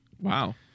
Wow